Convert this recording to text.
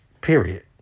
Period